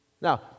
Now